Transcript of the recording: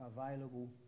available